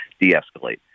de-escalate